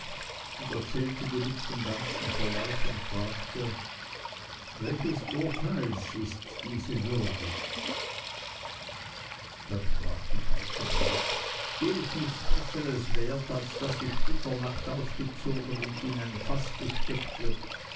hätte erzählte damit den ganzen verlauf und fragte welches urteils ist diese würdig da sprach die falsche braut die ist nichts besseres wert als daß sie splitternackt ausgezogen und in ein faß gesteckt wird